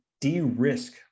de-risk